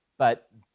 but